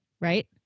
Right